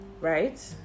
right